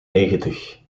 negentig